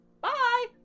Bye